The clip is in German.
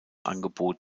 angebot